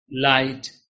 light